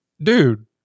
dude